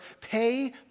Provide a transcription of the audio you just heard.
pay